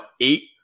eight